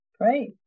Great